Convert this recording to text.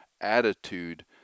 attitude